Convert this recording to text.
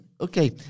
Okay